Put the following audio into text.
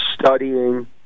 studying